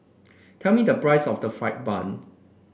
tell me the price of fried bun